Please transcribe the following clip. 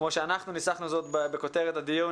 כמו שאנחנו ניסחנו זאת בכותרת הדיון,